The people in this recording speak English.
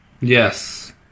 Yes